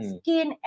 skin